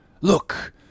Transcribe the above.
look